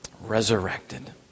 resurrected